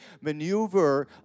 maneuver